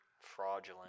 Fraudulent